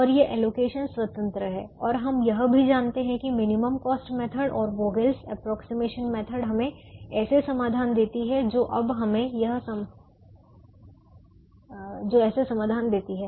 और ये एलोकेशन स्वतंत्र हैं और हम यह भी जानते हैं कि मिनिमम कॉस्ट मेथड और Vogel's approximation method Vogels approximation method हमें ऐसे समाधान देती है